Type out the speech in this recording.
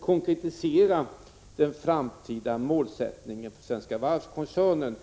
konkretisera den framtida målsättningen för Svenska Varv-koncernen.